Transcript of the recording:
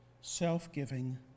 self-giving